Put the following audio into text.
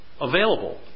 available